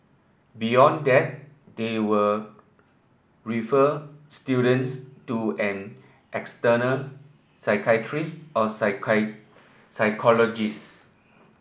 beyond that they will refer students to an external psychiatrist or psychologist